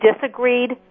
disagreed